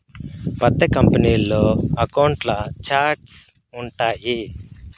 పెద్ద కంపెనీల్లో అకౌంట్ల ఛార్ట్స్ ఉంటాయి